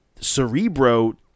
Cerebro